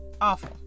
awful